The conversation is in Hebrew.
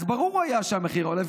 אז ברור שהמחיר עולה.